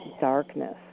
darkness